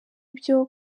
ibyo